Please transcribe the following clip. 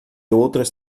outras